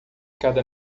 cada